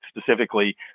specifically